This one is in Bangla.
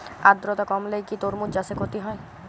আদ্রর্তা কমলে কি তরমুজ চাষে ক্ষতি হয়?